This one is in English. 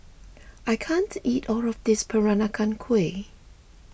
I can't eat all of this Peranakan Kueh